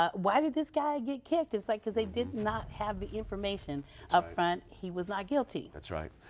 ah why did this guy get kicked? it's like because they did not have the information up front. he was not guilty. that's right.